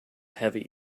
heavy